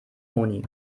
moni